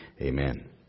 Amen